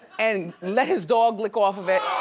and let his dog lick off of it,